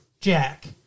Jack